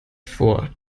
vor